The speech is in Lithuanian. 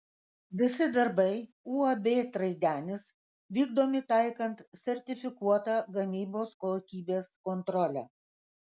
visi darbai uab traidenis vykdomi taikant sertifikuotą gamybos kokybės kontrolę